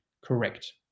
correct